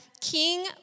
king